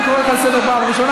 אני קורא אותך לסדר פעם ראשונה.